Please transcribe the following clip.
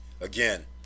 again